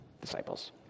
disciples